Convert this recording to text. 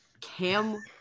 Cam